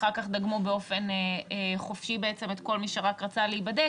אחר כך דגמו באופן חופשי את כל מי שרק רצה להיבדק.